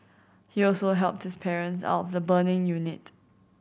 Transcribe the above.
he also helped this parents out the burning unit